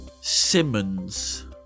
Simmons